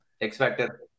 X-Factor